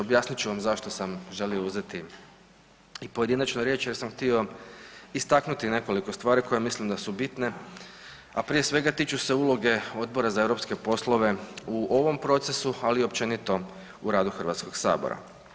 Objasnit ću vam zašto sam želio uzeti i pojedinačnu riječ jer sam htio istaknuti nekoliko stvari koje mislim da su bitne, a prije svega tiču se uloge Odbora za europske poslove u ovom procesu, ali i općenito u radu Hrvatskog sabora.